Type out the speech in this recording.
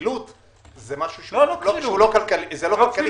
כפילות זה לא כלכלי.